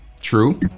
True